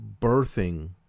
birthing